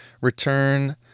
return